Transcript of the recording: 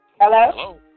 Hello